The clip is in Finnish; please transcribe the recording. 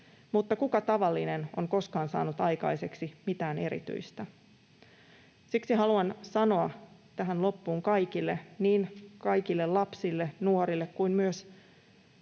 mutta kuka tavallinen on koskaan saanut aikaiseksi mitään erityistä?”. Siksi haluan sanoa tähän loppuun kaikille — niin kaikille lapsille ja nuorille kuin myös